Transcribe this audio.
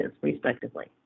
respectively